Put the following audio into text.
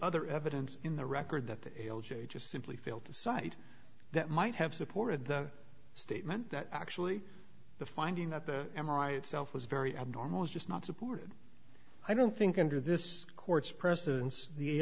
other evidence in the record that the l j just simply failed to cite that might have supported the statement that actually the finding that the m r i itself was very abnormal is just not supported i don't think under this court's precedents the